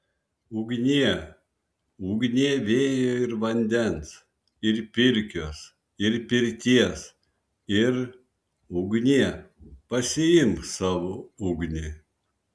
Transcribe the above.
ugnie ugnie vėjo ir vandens ir pirkios ir pirties ir ugnie pasiimk savo ugnį